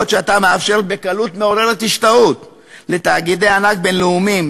בעוד אתה מאפשר בקלות מעוררת השתאות לתאגידי ענק בין-לאומיים,